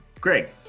Greg